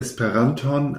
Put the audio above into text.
esperanton